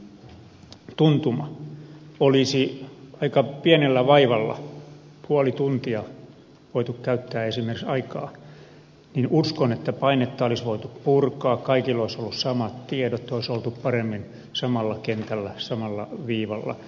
uskon että olisi voitu aika pienellä vaivalla puoli tuntia käyttää esimerkiksi aikaa purkaa painetta kaikilla olisi ollut samat tiedot olisi oltu paremmin samalla kentällä samalla viivalla